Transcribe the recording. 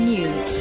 News